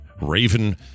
Raven